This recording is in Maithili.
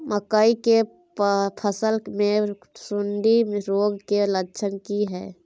मकई के फसल मे सुंडी रोग के लक्षण की हय?